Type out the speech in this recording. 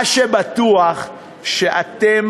מה שבטוח הוא שאתם,